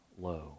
low